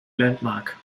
landmark